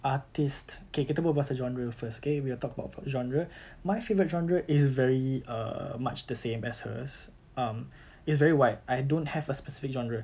artist okay kita berbual pasal genre first okay we'll talk about fo~ genre my favourite genre is very err much the same as hers um it's very wide I don't have a specific genre